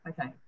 okay